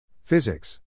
Physics